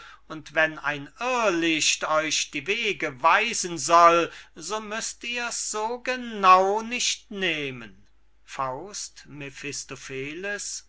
und wenn ein irrlicht euch die wege weisen soll so müßt ihr's so genau nicht nehmen faust